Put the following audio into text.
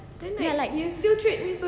ya like